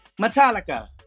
Metallica